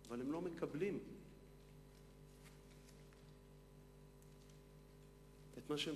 אבל הם לא מקבלים את מה שהם